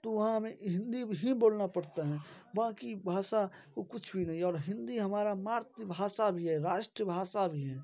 तो वहाँ हमे हिंदी भी ही बोलना पड़ता है बाकी भाषा कुछ भी नहीं और हिंदी हमारा मातृभाषा भी है राष्ट्रभाषा भी है